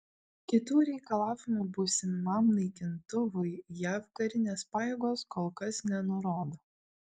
kitų reikalavimų būsimam naikintuvui jav karinės pajėgos kol kas nenurodo